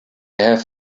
have